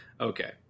okay